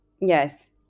Yes